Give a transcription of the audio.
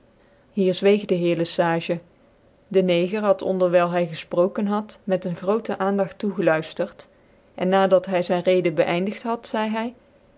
hier zweeg de heer lc sage de neger had onderwyle hy gelproken had met een grootc aandagt tocgcluiftert en na dat hy zyn reden gceindigt had zeide hy